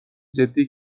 جدی